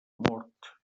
mort